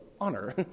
honor